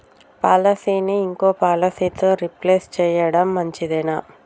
పాలసీని ఇంకో పాలసీతో రీప్లేస్ చేయడం మంచిదేనా?